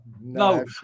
No